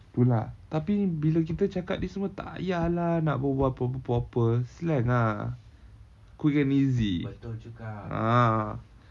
tu lah tapi bila kita cakap semua ni tak payah lah nak berbual proper proper slang ah quick and easy ah